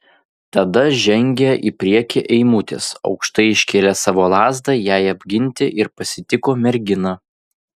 tada žengė į priekį eimutis aukštai iškėlęs savo lazdą jai apginti ir pasitiko merginą